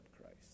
Christ